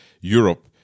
Europe